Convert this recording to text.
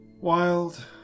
wild